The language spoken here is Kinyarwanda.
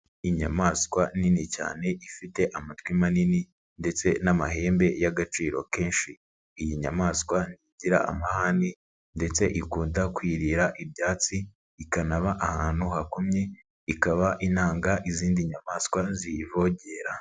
Inyamaswa nini cyane ifite amatwi manini ndetse n'amahembe y'agaciro kenshi, iyi nyamaswa ntigira amahane ndetse ikunda kwirira ibyatsi, ikanaba ahantu hakomye, ikaba inanga izindi nyamaswa ziyivogera.